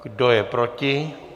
Kdo je proti?